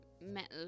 metal